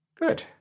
Good